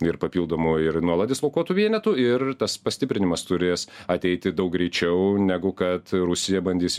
ir papildomų ir nuolat dislokuotų vienetų ir tas pastiprinimas turės ateiti daug greičiau negu kad rusija bandys